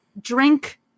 drink